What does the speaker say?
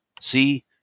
see